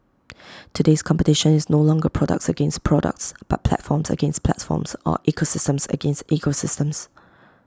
today's competition is no longer products against products but platforms against platforms or ecosystems against ecosystems